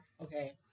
Okay